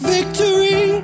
Victory